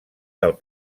del